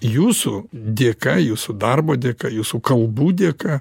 jūsų dėka jūsų darbo dėka jūsų kalbų dėka